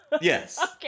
Yes